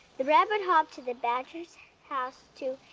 the rabbit hopped to the badger's house to